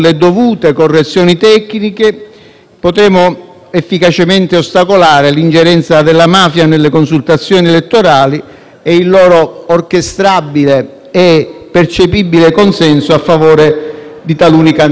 potremo efficacemente ostacolare l'ingerenza delle mafie nelle consultazioni elettorali e il loro orchestrato e percepibile consenso a favore di taluni candidati. Rimane indicativo il fatto